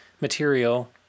material